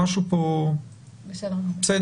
בסדר.